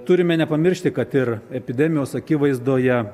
turime nepamiršti kad ir epidemijos akivaizdoje